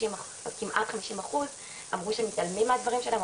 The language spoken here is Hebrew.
כמעט חמישים אחוז אמרו שמתעלמים מהדברים שלהם,